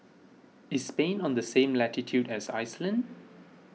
is Spain on the same latitude as Iceland